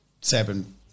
Seven